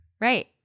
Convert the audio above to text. right